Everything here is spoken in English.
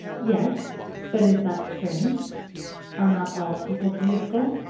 yes but is that strange are not all people beautiful?